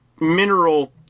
mineral